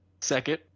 Second